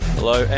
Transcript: Hello